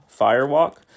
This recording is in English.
firewalk